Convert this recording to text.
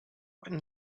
when